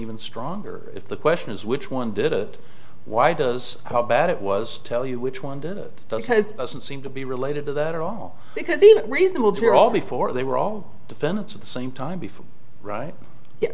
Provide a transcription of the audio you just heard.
even stronger if the question is which one did it why does how bad it was tell you which one did it does doesn't seem to be related to that at all because even reasonable juror all before they were all defendants at the same time